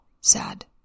sad